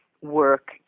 work